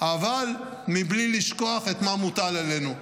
אבל בלי לשכוח מה מוטל עלינו.